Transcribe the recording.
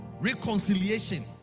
reconciliation